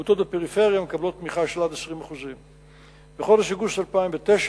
עמותות בפריפריה מקבלות תמיכה של עד 20%. בחודש אוגוסט 2009